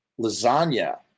Lasagna